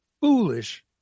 foolish